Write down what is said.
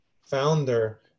founder